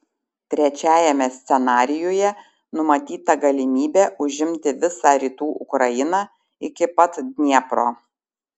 trečiajame scenarijuje numatyta galimybė užimti visą rytų ukrainą iki pat dniepro